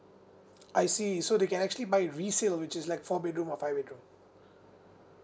I see so they can actually buy resale which is like four bedroom or five bedroom